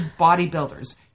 bodybuilders